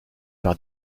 par